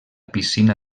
piscina